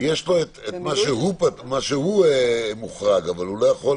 יש מה שהוא מוחרג, אבל הוא לא יכול